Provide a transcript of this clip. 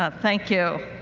ah thank you.